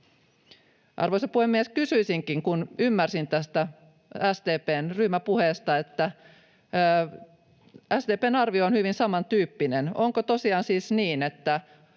Arvoisa puhemies! Kysyisinkin, kun ymmärsin tästä SDP:n ryhmäpuheesta, että SDP:n arvio on hyvin samantyyppinen: Onko tosiaan siis niin, että